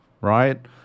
Right